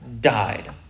died